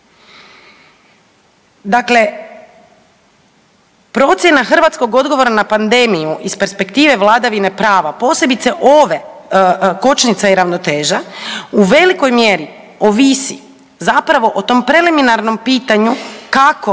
Dakle, procjena hrvatskog odgovora na pandemiju iz perspektive vladavine prava posebice ove kočnica i ravnoteža, u velikoj mjeri ovisi zapravo o tom preliminarnom pitanju kako